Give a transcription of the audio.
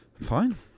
fine